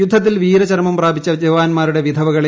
യുദ്ധത്തിൽ വീരചരമം പ്രാപിച്ച ജവാന്മാരുടെ വിധവകളെ ഇ